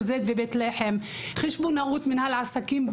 זית ובבית לחם חשבונאות ומנהל עסקים.